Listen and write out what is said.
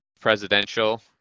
presidential